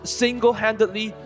single-handedly